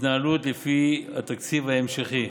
התנהלותה לפי התקציב ההמשכי,